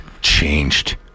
changed